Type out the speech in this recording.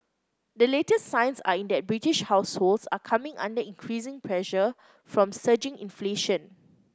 the latest signs are in that British households are coming under increasing pressure from surging inflation